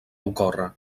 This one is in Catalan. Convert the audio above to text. ocórrer